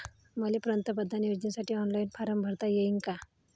मले पंतप्रधान योजनेसाठी ऑनलाईन फारम भरता येईन का?